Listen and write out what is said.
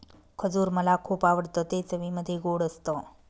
खजूर मला खुप आवडतं ते चवीमध्ये गोड असत